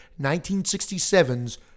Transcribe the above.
1967's